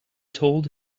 told